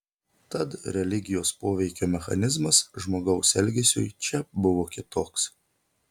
tad religijos poveikio mechanizmas žmogaus elgesiui čia buvo kitoks